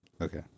Okay